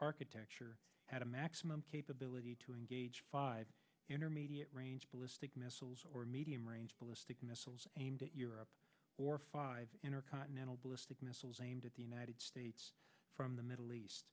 architecture had a maximum capability to engage intermediate range ballistic missiles or medium range ballistic missiles aimed at europe or five continental ballistic missiles aimed at the united states from the middle east